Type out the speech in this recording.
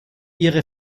ihre